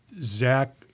Zach